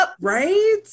Right